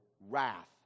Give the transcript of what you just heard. wrath